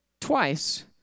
twice